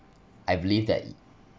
I believe that